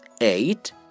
eight